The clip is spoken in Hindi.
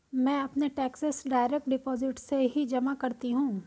मैं अपने टैक्सेस डायरेक्ट डिपॉजिट से ही जमा करती हूँ